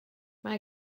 mae